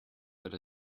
that